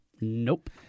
Nope